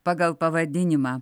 pagal pavadinimą